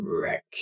wreck